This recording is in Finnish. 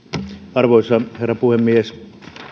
arvoisa herra puhemies